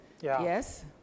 Yes